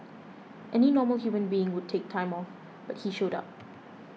any normal human being would take time off but he showed up